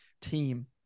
team